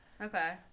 Okay